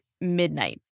midnight